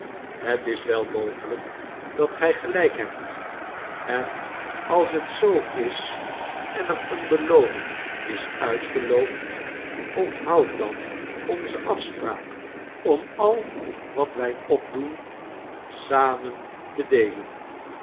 het is wel mogelijk dat gij gelijk hebt en als het zoo is en er eene belooning is uitgeloofd onthoud dan onze afspraak om al wat wij opdoen samen te deelen